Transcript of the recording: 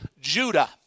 Judah